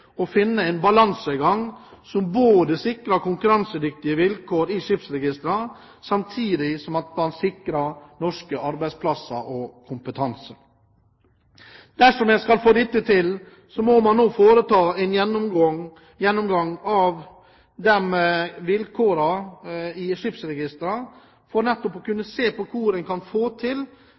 å finne en balansegang som sikrer konkurransedyktige vilkår i skipsregistrene, samtidig som en sikrer norske arbeidsplasser og norsk kompetanse. Dersom man skal få dette til, må man nå foreta en gjennomgang av vilkårene i skipsregistrene for nettopp å se på hvordan en kan få til